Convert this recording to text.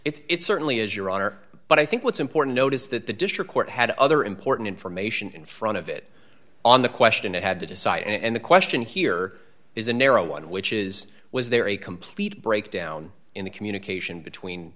process it's certainly is your honor but i think what's important note is that the district court had other important information in front of it on the question it had to decide and the question here is a narrow one which is was there a complete breakdown in the communication between